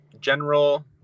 general